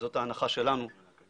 זאת ההנחה שלנו,